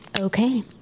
Okay